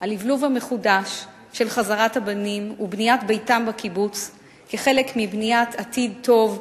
הלבלוב המחודש של חזרת הבנים ובניית ביתם בקיבוץ כחלק מבניית עתיד טוב,